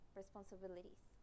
responsibilities